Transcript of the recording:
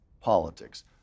politics